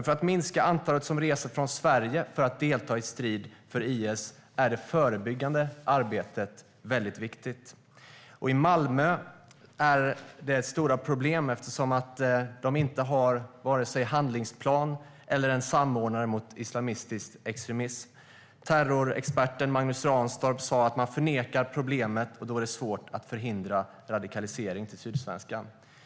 För att minska det antal som reser från Sverige för att delta i strid för IS är det förebyggande arbetet väldigt viktigt. I Malmö är detta ett stort problem, för man har varken handlingsplan eller samordnare för arbetet mot islamistisk extremism. Terrorexperten Magnus Ranstorp sa i Sydsvenskan: Man förnekar problemet, och då är det svårt att förhindra radikalisering.